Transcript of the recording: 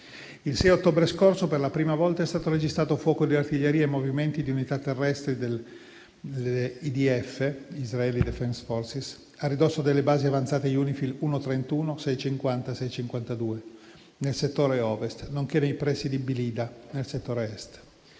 Il 6 ottobre scorso, per la prima volta, è stato registrato fuoco di artiglieria e movimenti di unità terrestri dell'IDF a ridosso delle basi avanzate UNIFIL 1-31, 6-50 e 6-52, nel settore Ovest, nonché nei pressi di Blida, nel settore Est.